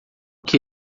que